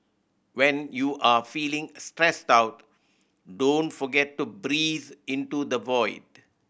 when you are feeling a stressed out don't forget to breathe into the void